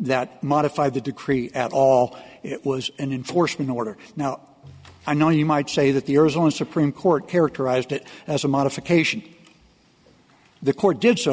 that modify the decree at all it was an enforcement order now i know you might say that the arizona supreme court characterized it as a modification the court did so